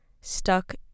stuck